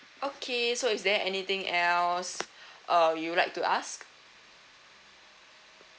okay so is there anything else uh would you like to ask